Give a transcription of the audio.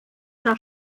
der